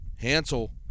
Hansel